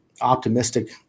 optimistic